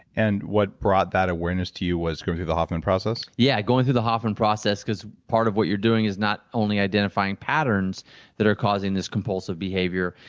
and what brought that awareness to you was going through the hoffman process? yeah, going through the hoffman process, because part of what you're doing is not only identifying patterns that are causing this compulsive behavior.